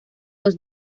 los